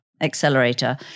accelerator